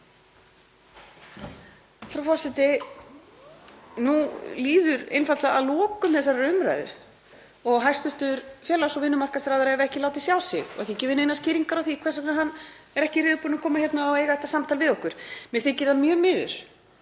Frú forseti. Nú líður einfaldlega að lokum þessarar umræðu og hæstv. félags- og vinnumarkaðsráðherra hefur ekki látið sjá sig og ekki gefið neinar skýringar á því hvers vegna hann er ekki reiðubúinn að koma hingað og eiga þetta samtal við okkur. Mér þykir það mjög miður.